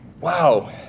wow